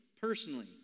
personally